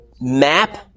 map